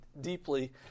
deeply